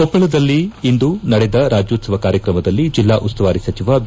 ಕೊಪ್ಪಳದಲ್ಲಿಂದು ನಡೆದ ರಾಜ್ಣೋತ್ಪವ ಕಾರ್ಯಕ್ರಮದಲ್ಲಿ ಜಿಲ್ಲಾಉಸ್ತುವಾರಿ ಸಚಿವ ಬಿ